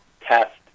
test